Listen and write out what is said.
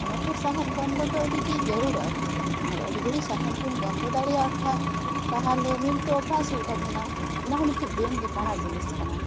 ᱚᱱᱟᱛᱮ ᱥᱟᱸᱦᱮᱫ ᱵᱚᱱᱫᱚ ᱫᱚ ᱟᱹᱰᱤᱜᱮ ᱡᱟᱹᱨᱩᱲᱟ ᱟᱨ ᱟᱹᱰᱤ ᱜᱷᱟᱹᱲᱤᱡ ᱥᱟᱸᱦᱮᱫ ᱵᱚᱱ ᱵᱚᱱᱫᱚ ᱫᱟᱲᱮᱭᱟᱜ ᱠᱷᱟᱡ ᱛᱟᱦᱚᱞᱮ ᱱᱤᱭᱚᱢᱤᱛᱚ ᱚᱵᱵᱷᱟᱥ ᱦᱩᱭᱩᱜ ᱛᱟᱵᱚᱱᱟ ᱚᱱᱟᱦᱚᱸ ᱢᱤᱫᱴᱮᱡ ᱵᱮᱭᱟᱢ ᱞᱮᱠᱟᱱ ᱡᱤᱱᱤᱥ ᱠᱟᱱᱟ